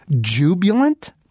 jubilant